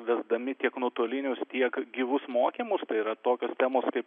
vesdami tiek nuotolinius tiek gyvus mokymus tai yra tokios temos kaip